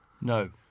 No